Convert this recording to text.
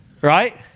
right